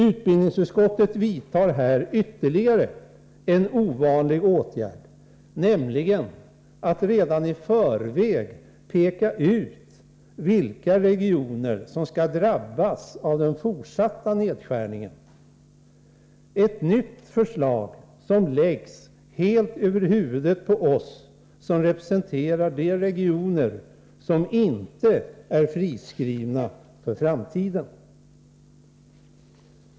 Utbildningsutskottet vidtar här ytterligare en ovanlig åtgärd, nämligen att redan i förväg peka ut vilka regioner som skall drabbas av den fortsatta nedskärningen — ett nytt förslag som läggs helt över huvudet på oss som representerar de regioner som inte är friskrivna för framtiden.